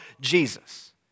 Jesus